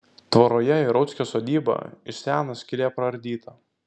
tvoroje į rauckio sodybą iš seno skylė praardyta